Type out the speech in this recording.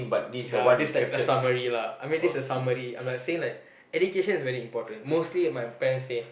is a this like a summary lah I mean this is a summary I'm like saying that education is very important mostly my parents say